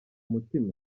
mutima